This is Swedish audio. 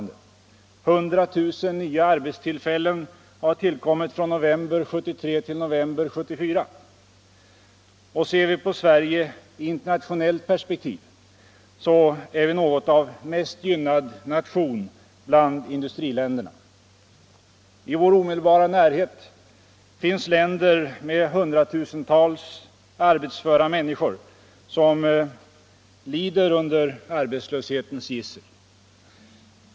100 000 nya arbetstillfällen har tillkommit från november 1973 till november 1974. Och ser vi på Sverige i internationellt perspektiv, så är vi något av mest gynnad nation bland industriländerna. I vår omedelbara närhet finns länder med hundratusentals arbetsföra människor, som lider under arbetslöshetens gissel.